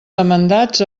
demandats